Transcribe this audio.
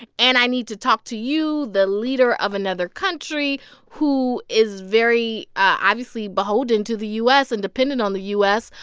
and i need to talk to you, the leader of another country who is very obviously beholden to the u s. and dependent on the u s.